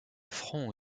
front